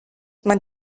man